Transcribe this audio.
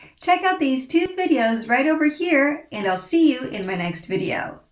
check out these two videos right over here, and i'll see you in my next video.